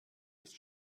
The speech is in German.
ist